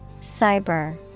Cyber